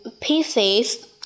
pieces